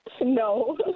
No